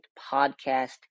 Podcast